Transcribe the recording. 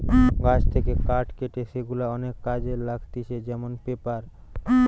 গাছ থেকে কাঠ কেটে সেগুলা অনেক কাজে লাগতিছে যেমন পেপার